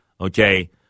okay